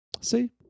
See